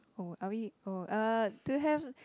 oh are we oh uh to have